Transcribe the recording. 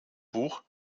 buch